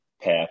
path